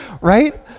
Right